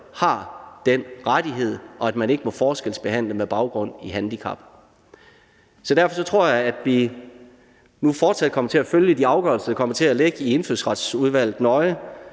har den rettighed, og at der ikke må forskelsbehandles med baggrund i handicap. Så derfor tror jeg, at vi fortsat kommer til at følge de afgørelser, der kommer til at ligge i Indfødsretsudvalget, nøje,